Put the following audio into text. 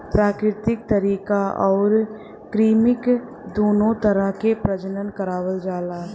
प्राकृतिक तरीका आउर कृत्रिम दूनो तरह से प्रजनन करावल जाला